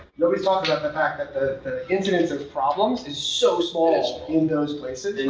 nobody's talked about the fact that the the incidence of problems is so small in those places.